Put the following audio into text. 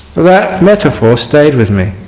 that metaphor stayed with me.